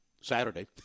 Saturday